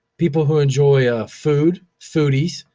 people who enjoy food, foodies,